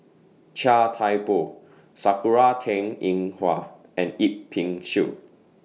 Chia Thye Poh Sakura Teng Ying Hua and Yip Pin Xiu